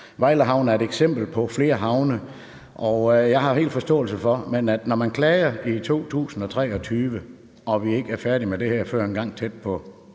Vejle Havn er et eksempel på, hvordan det er i flere havne. Når man klager i 2023 og vi ikke er færdige med det her før engang tæt på